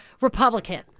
Republican